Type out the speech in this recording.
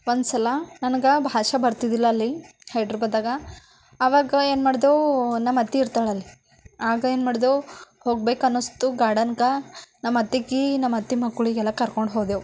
ಒಂದ್ಸಲ ನನ್ಗೆ ಭಾಷೆ ಬರ್ತಿರ್ಲಿಲ್ಲ ಅಲ್ಲಿ ಹೈದ್ರಾಬಾದಾಗ ಅವಾಗ ಏನು ಮಾಡಿದೆವು ನಮ್ಮತ್ತಿ ಇರ್ತಾಳಲ್ಲಿ ಆಗ ಏನು ಮಾಡಿದೆವು ಹೋಗ್ಬೇಕು ಅನ್ನಿಸ್ತು ಗಾರ್ಡನ್ಗೆ ನಮ್ಮತ್ತೆಗೆ ನಮ್ಮತ್ತೆ ಮಕ್ಳಿಗೆಲ್ಲ ಕರ್ಕೊಂಡು ಹೋದೆವು